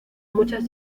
muchas